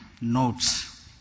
notes